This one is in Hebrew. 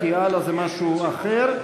כי הלאה זה משהו אחר.